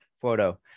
photo